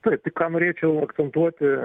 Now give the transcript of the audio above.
taip ką norėčiau akcentuoti